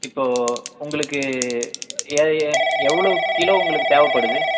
இப்போ உங்களுக்கு ஏ எ எவ்வளவு கிலோ உங்களுக்கு தேவைப்படுது